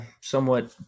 somewhat